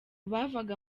bavaga